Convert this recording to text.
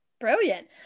brilliant